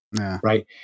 Right